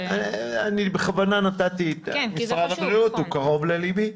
אני בכוונה נתתי את משרד הבריאות, הוא קרוב ללבי.